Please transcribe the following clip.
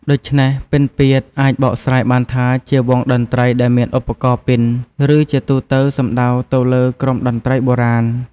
ដូច្នេះ "ពិណពាទ្យ" អាចបកស្រាយបានថាជា "វង់តន្ត្រីដែលមានឧបករណ៍ពិណ" ឬជាទូទៅសំដៅទៅលើក្រុមតន្ត្រីបុរាណ។